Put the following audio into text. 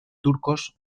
turcos